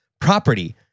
property